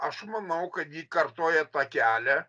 aš manau kad ji kartoja tą kelią